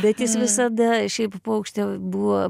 bet jis visada šiaip paukštė buvo